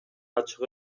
ачык